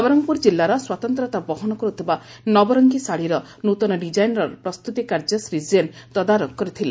ନବରଙ୍ଙପୁର ଜିଲ୍ଲାର ସ୍ୱାତନ୍ଦ୍ର୍ୟତା ବହନ କର୍ଥିବା ନବରଙ୍ଙୀ ଶାଢିର ନ୍ତନ ଡିଜାଇନ୍ର ପ୍ରସ୍ତି କାର୍ଯ୍ୟ ଶ୍ରୀ ଜୈନ ତଦାରଖ କରିଥିଲେ